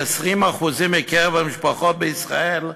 כ-20% מקרב המשפחות בישראל,